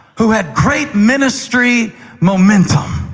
who had great ministry momentum.